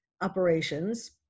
operations